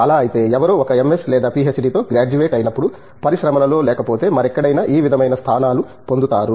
అలా అయితే ఎవరో ఒక MS లేదా PhD తో గ్రాడ్యుయేట్ అయినప్పుడు పరిశ్రమలలో లేకపోతే మరెక్కడైనా ఏ విధమైన స్థానాలు పొందుతారు